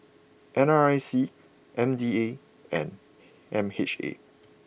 N R I C M D A and M H A